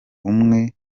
umwe